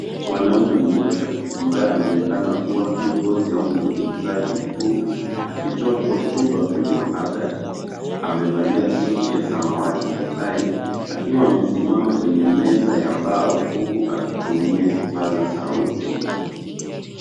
Mwanaume mmoja ambaye anaonekana kuwa kiongozi au mzungumzaji mkuu, akitoa hotuba kwenye mhadhara. Amevalia suti ya samawati na tai akiwa amesimama kwenye meza ya mbao huku akitumia kipaza sauti.